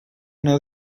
know